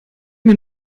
mir